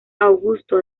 augusto